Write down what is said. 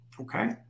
Okay